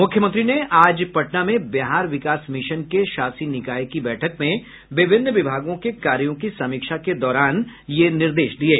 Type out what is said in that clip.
मुख्यमंत्री ने आज पटना में बिहार विकास मिशन के शासी निकाय की बैठक में विभिन्न विभागों के कार्यों की समीक्षा के दौरान ये निर्देश दिये